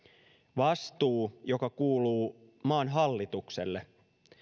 vastuu joka kuuluu maan hallitukselle